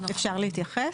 אפשר להתייחס?